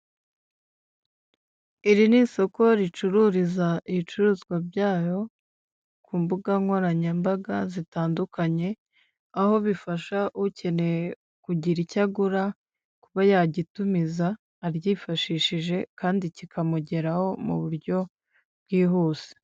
Iri ni isoko ricururiza ibicuruzwa byayo ku mbugankoranyambaga zitandukanye, aho bifasha ukeneye kugira icyo agura, kuba yagitumiza aryifashishije kandi kikamugeraho mu buryo bwihuse.